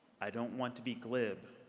i don't want to be glib,